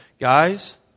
Guys